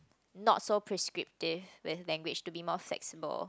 not so prescriptive when language to be more flexible